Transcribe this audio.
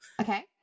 Okay